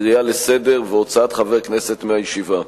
קריאה לסדר והוצאת חברי כנסת מהישיבה.